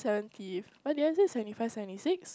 seventy what did I say seventy five seventy six